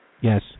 Yes